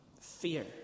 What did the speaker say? Fear